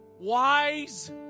wise